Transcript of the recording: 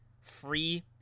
free